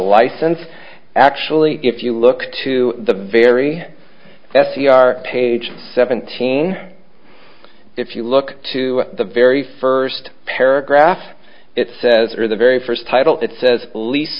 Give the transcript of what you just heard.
license actually if you look to the very best you are page seventeen if you look to the very first paragraph it says or the very first title that says lease